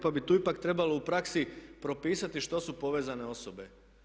Pa bi tu ipak trebalo u praksi propisati što su povezane osobe.